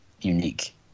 unique